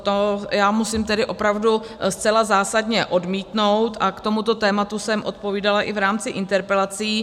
To musím opravdu zcela zásadně odmítnout a k tomuto tématu jsem odpovídala i v rámci interpelací.